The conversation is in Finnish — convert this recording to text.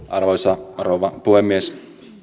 arvoisa rouva puhemies